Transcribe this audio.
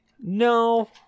no